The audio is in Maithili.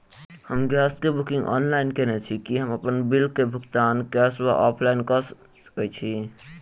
हम गैस कऽ बुकिंग ऑनलाइन केने छी, की हम बिल कऽ भुगतान कैश वा ऑफलाइन मे कऽ सकय छी?